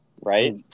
right